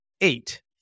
eight